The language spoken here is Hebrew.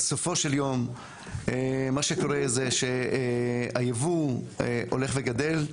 בסופו של יום מה שקורה זה שהייבוא הולך וגדל,